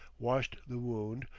washed the wound,